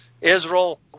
Israel